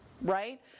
right